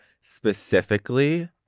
Specifically